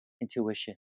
intuition